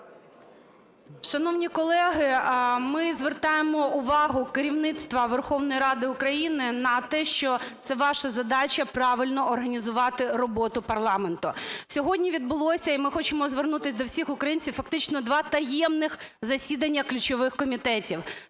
Шановні колеги, ми звертаємо увагу керівництва Верховної Ради України на те, що це ваша задача – правильно організувати роботу парламенту. Сьогодні відбулося, і ми хочемо звернутися до всіх українців, фактично, два таємних засідання ключових комітетів